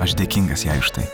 aš dėkingas jai už tai